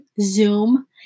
Zoom